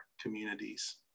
communities